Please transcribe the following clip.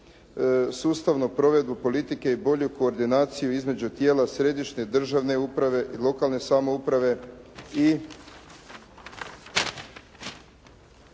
sustavnu provedbu politike i bolju koordinaciju između tijela središnje državne uprave i lokalne samouprave i